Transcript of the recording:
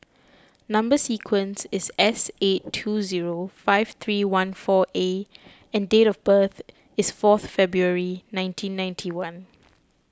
Number Sequence is S eight two zero five three one four A and date of birth is four February nineteen ninety one